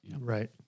Right